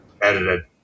edited